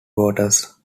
waters